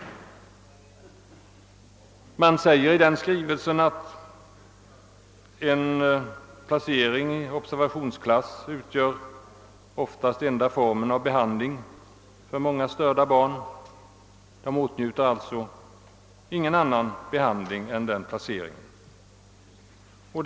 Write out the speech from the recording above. I skrivelsen uttalas att en placering i observationsklass ofta utgör den enda formen av behandling för störda barn, som alltså inte åtnjuter någon annan form av terapi.